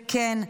וכן,